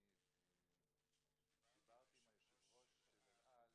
אני דיברתי עם היושב-ראש של אל על,